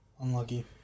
Unlucky